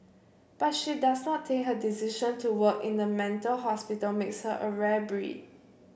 but she does not think her decision to work in the mental hospital makes her a rare breed